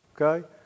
Okay